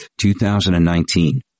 2019